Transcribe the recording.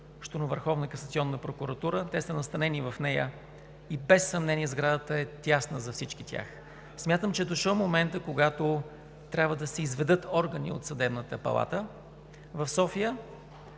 Върховна касационна прокуратура. Те са настанени в нея и сградата без съмнение е тясна за всички тях. Смятам, че е дошъл моментът, когато трябва да се изведат органи от Съдебна палата – София,